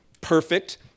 perfect